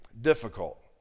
difficult